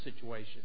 situation